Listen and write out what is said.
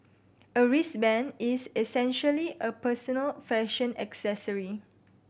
a wristband is essentially a personal fashion accessory